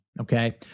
Okay